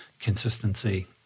Consistency